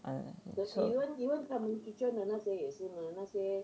ah so